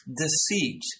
deceit